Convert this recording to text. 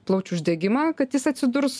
plaučių uždegimą kad jis atsidurs